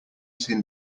tin